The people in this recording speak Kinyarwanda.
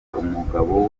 umugabo